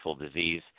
disease